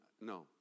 no